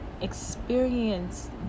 experience